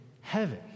heaven